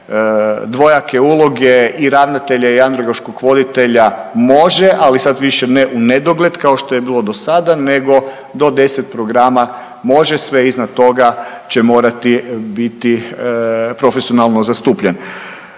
dvojake uloge i ravnatelja i andragoškog roditelja može, ali sad više ne u nedogled kao što je bilo do sada, nego do 10 programa može, sve iznad toga će morati biti profesionalno zastupljen.